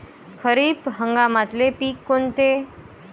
खरीप हंगामातले पिकं कोनते?